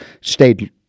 stayed